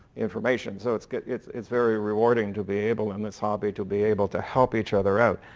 information. so it's good it's it's very rewarding to be able, in this hobby, to be able to help each other out.